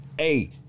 A-